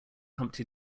humpty